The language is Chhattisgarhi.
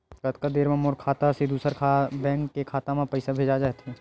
कतका देर मा मोर खाता से दूसरा बैंक के खाता मा पईसा भेजा जाथे?